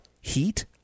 heat